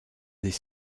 des